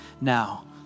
now